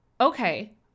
Okay